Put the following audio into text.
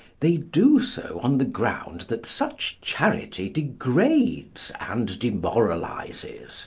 they do so on the ground that such charity degrades and demoralises.